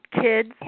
kids